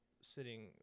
sitting